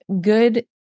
good